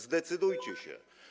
Zdecydujcie się.